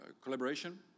collaboration